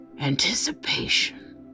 Anticipation